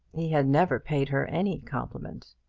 he had never paid her any compliment.